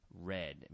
red